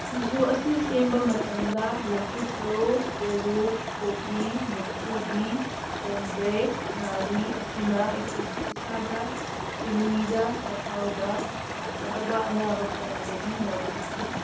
ꯁꯤꯡꯖꯨ ꯑꯁꯤ ꯁꯦꯝꯕ ꯃꯇꯝꯗ ꯂꯐꯨꯊꯔꯣ ꯄꯦꯔꯨꯛ ꯀꯣꯕꯤ ꯃꯨꯛꯊ꯭ꯔꯨꯕꯤ ꯀꯣꯝꯕ꯭ꯔꯦꯛ ꯉꯥꯔꯤ ꯑꯁꯤꯅ ꯑꯩꯈꯣꯏꯒꯤ ꯏꯁꯥꯗ ꯁꯤꯡꯂꯤꯗ ꯆꯥꯛꯈꯥꯎꯗ ꯂꯥꯛꯀꯗꯕ ꯑꯅꯥꯕ ꯀꯌꯥꯗꯒꯤ ꯉꯥꯛꯊꯣꯛꯏ